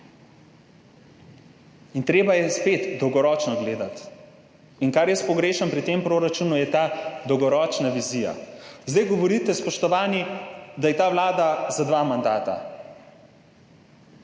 je treba spet gledati dolgoročno. Kar jaz pogrešam pri tem proračunu, je ta dolgoročna vizija. Zdaj govorite, spoštovani, da je ta vlada za dva mandata,